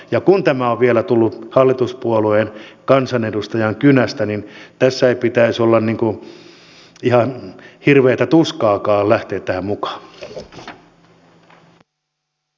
ja kun tämä on vielä tullut hallituspuolueen kansanedustajan kynästä niin tässä ei pitäisi olla ihan hirveätä tuskaakaan lähteä tähän mukaan